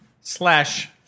slash